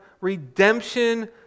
redemption